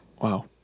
Wow